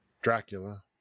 dracula